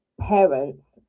parents